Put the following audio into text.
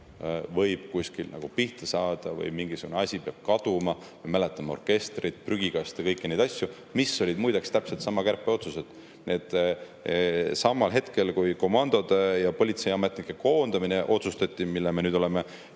võib kuskil pihta saada või mingisugune asi peab kaduma. Me mäletame orkestrit, prügikaste ja kõiki neid asju, mis olid muide täpselt samal [ajal tehtud] kärpeotsused. Samal hetkel, kui komandode ja politseiametnike koondamine otsustati, mille me nüüd oleme